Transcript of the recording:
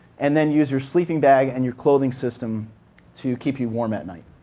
and then use your sleeping bag and your clothing system to keep you warm at night.